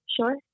sure